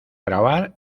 grabar